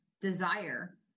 desire